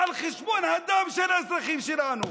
על חשבון הדם של האזרחים שלנו,